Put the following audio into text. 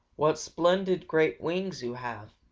what splendid great wings you have,